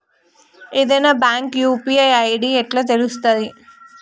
ఏదైనా bank UPI ID ఎట్లా తెలుత్తది?